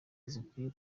bikwiye